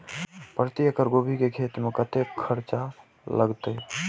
प्रति एकड़ गोभी के खेत में कतेक खर्चा लगते?